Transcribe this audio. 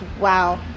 wow